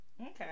Okay